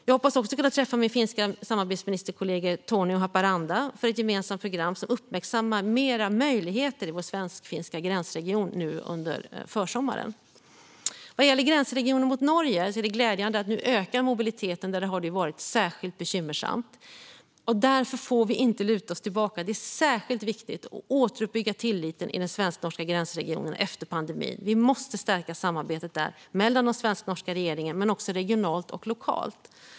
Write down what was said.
Jag hoppas också att kunna träffa min finska samarbetsministerkollega i Torneå-Haparanda för ett gemensamt program som mer uppmärksammar möjligheter i vår svenskfinska gränsregion nu under försommaren. Vad gäller gränsregionen mot Norge är det glädjande att mobiliteten nu ökar där det har varit särskilt bekymmersamt. Därför får vi inte luta oss tillbaka. Det är särskilt viktigt att återuppbygga tilliten i den svensk-norska gränsregionen efter pandemin. Vi måste stärka samarbetet mellan den svenska och den norska regeringen men också regionalt och lokalt.